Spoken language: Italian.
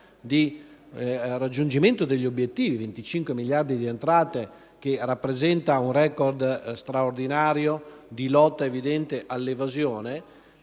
al raggiungimento degli obiettivi: 25 miliardi di entrate, un record straordinario di lotta evidente all'evasione.